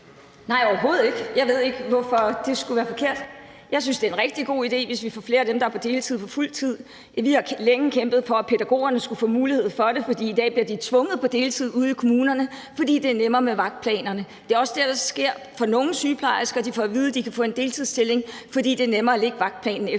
er jeg overhovedet ikke. Jeg ved ikke, hvorfor det skulle være forkert. Jeg synes, det er en rigtig god idé, hvis vi får flere af dem, der er på deltid, til at gå på fuld tid. Vi har længe kæmpet for, at pædagogerne skulle få mulighed for det, for i dag bliver de tvunget på deltid ude i kommunerne, fordi det er nemmere med vagtplanerne. Det sker også for nogle sygeplejersker, at de får at vide, at de kan få en deltidsstilling, fordi det efterfølgende er nemmere at lægge en vagtplan.